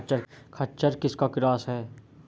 खच्चर किसका क्रास है?